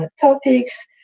topics